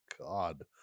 God